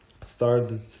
started